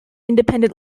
independent